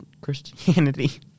Christianity